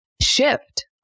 shift